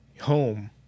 home